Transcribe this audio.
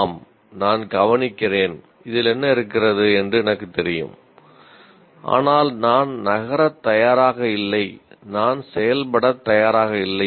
ஆம் நான் கவனிக்கிறேன் இதில் என்ன இருக்கிறது என்று எனக்குத் தெரியும் ஆனால் நான் நகரத் தயாராக இல்லை நான் செயல்படத் தயாராக இல்லை